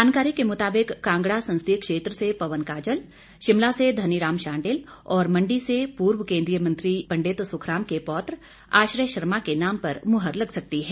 जानकारी के मुताबिक कांगड़ा संसदीय क्षेत्र से पवन काजल शिमला से धनीराम शांडिल और मंडी से पूर्व केंद्रीय मंत्री पंडित सुखराम के पौत्र आश्रय शर्मा के नाम पर मोहर लग सकती है